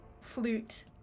flute